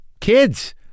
kids